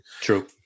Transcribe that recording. True